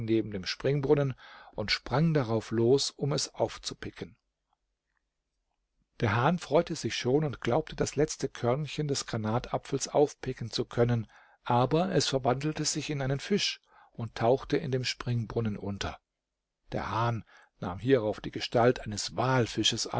neben dem springbrunnen und sprang darauf los um es aufzupicken der hahn freute sich schon und glaubte das letzte körnchen des granatapfels aufpicken zu können aber es verwandelte sich in einen fisch und tauchte in dem springbrunnen unter der hahn nahm hierauf die gestalt eines